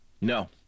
no